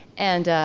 and